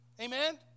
Amen